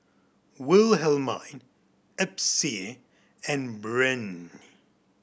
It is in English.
Wilhelmine Epsie and Breanne